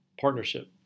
partnership